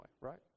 right